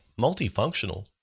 multifunctional